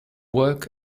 work